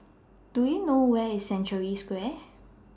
Do YOU know Where IS Century Square